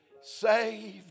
Saved